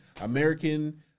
American